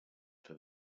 for